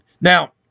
Now